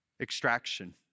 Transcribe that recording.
Extraction